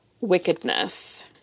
wickedness